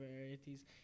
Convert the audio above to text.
varieties